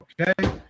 Okay